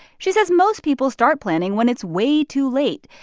she says most people start planning when it's way too late.